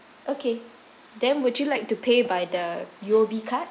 okay then would you like to pay by the U_O_B card